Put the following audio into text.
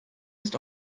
ist